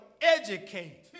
educate